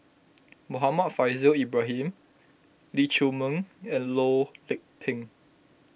Muhammad Faishal Ibrahim Lee Chiaw Meng and Loh Lik Peng